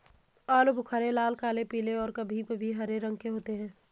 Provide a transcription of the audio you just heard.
आलू बुख़ारे लाल, काले, पीले और कभी कभी हरे रंग के होते हैं